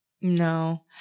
No